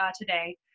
today